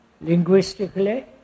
Linguistically